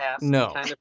no